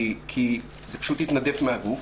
כי זה פשוט התנדף מהגוף,